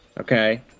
Okay